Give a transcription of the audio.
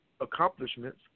accomplishments